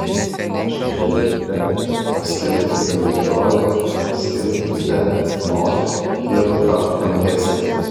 praneškite egipte paskelbkite migdole paskelbkite nofe ir tachpanhese